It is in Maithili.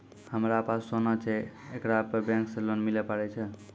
हमारा पास सोना छै येकरा पे बैंक से लोन मिले पारे छै?